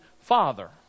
father